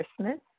Christmas